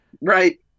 Right